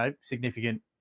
significant